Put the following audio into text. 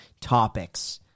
topics